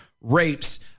rapes